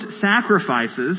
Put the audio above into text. sacrifices